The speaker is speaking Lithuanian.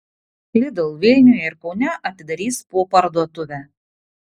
lidl vilniuje ir kaune atidarys po parduotuvę